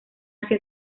hacia